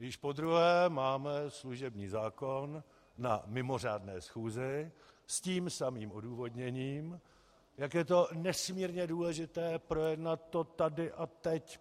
Již podruhé máme služební zákon na mimořádné schůzi, s tím samým odůvodněním, jak je to nesmírně důležité, projednat to tady a teď.